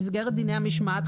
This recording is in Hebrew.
במסגרת דיני המשמעת,